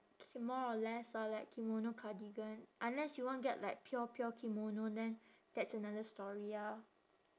K more or less ah like kimono cardigan unless you want get like pure pure kimono then that's another story ah